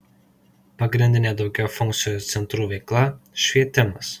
pagrindinė daugiafunkcių centrų veikla švietimas